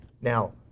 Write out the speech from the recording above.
Now